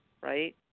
right